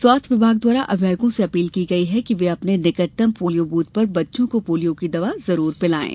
स्वास्थ्य विभाग द्वारा अभिभावकों से अपील की गई है कि वे अपने निकटतम पोलियो बूथ पर अपने बच्चों को पोलियो की दवा जरूर पिलायें